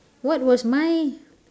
what was my